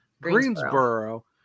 Greensboro